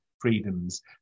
freedoms